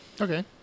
Okay